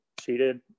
cheated